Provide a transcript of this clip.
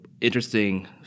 interesting